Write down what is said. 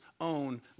own